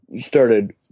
started